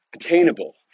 attainable